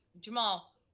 jamal